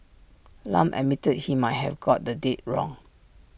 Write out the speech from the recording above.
Lam admitted he might have got the date wrong